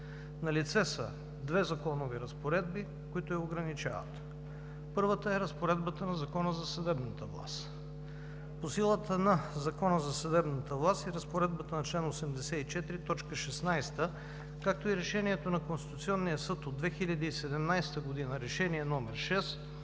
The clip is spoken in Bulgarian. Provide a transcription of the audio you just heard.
налице са две законови разпоредби, които я ограничават. Първата е Разпоредбата на Закона за съдебната власт. По силата на Закона за съдебната власт и Разпоредбата на чл. 84, т. 16, както и Решението на Конституционния съд от 2017 г., Решение № 6,